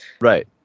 Right